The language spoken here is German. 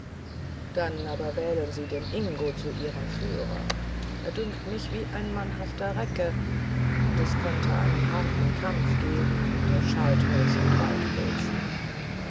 dann aber wählen sie den ingo zu ihrem führer er dünkt mich ein mannhafter recke und es könnte einen harten kampf geben unter scheitholz und waldpilzen